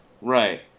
Right